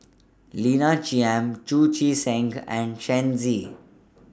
Lina Chiam Chu Chee Seng and Shen Z